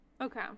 Okay